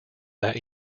that